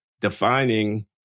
defining